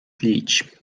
tlić